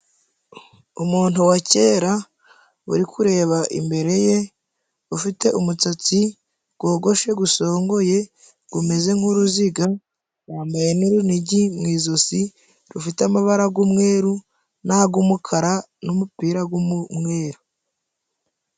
Umuntu wa kera uri kureba imbere ye ufite umusatsi rwogoshe gusongoye gumeze nk'uruziga, yambaye n'urunigi mu izosi rufite amaba g'umweru nag'umukara n'umupira w'umweru.